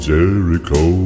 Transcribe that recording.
Jericho